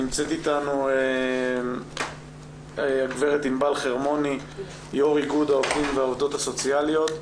נמצאת איתנו גב' ענבל חרמוני יו"ר איגוד העובדים והעובדות הסוציאליות.